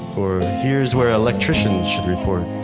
or here's where electricians should report,